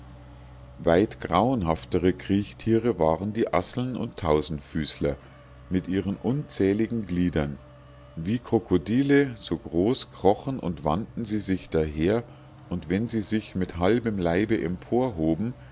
weit grauenhaftere kriechtiere waren die asseln und tausendfüßler mit ihren unzähligen gliedern wie krokodile so groß krochen und wanden sie sich daher und wenn sie sich mit halbem leibe